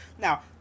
now